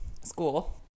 school